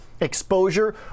exposure